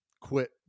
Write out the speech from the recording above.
quit